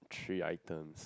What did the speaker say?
three item